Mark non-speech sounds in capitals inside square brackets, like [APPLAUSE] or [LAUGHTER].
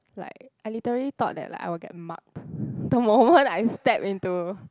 like I literally thought that like I will get marked [BREATH] the moment I step into